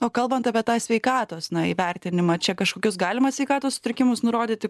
o kalbant apie tą sveikatos na įvertinimą čia kažkokius galima sveikatos sutrikimus nurodyti